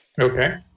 okay